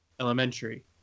elementary